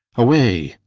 away!